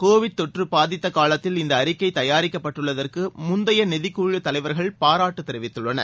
Covid தொற்றபாதித்தகாலத்தில் இந்தஅறிக்கைதயாரிக்கப்பட்டுள்ளதற்குமுந்தையநிதிக்குழுத் தலைவர்கள் பாராட்டுத் தெரிவித்தனர்